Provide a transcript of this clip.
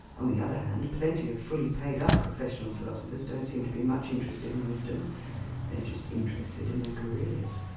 on the other hand, plenty of fully paid-up professional philosophers don't seem to be much interested in wisdom they're just interested in their careers.